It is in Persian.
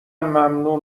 ممنون